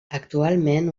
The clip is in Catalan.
actualment